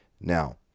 now